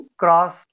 cross